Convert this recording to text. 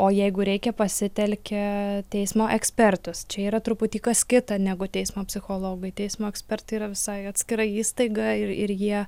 o jeigu reikia pasitelkia teismo ekspertus čia yra truputį kas kita negu teismo psichologai teismo ekspertai yra visai atskira įstaiga ir ir jie